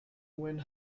when